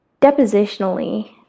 Depositionally